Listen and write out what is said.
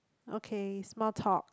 okay small talk